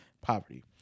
poverty